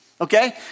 okay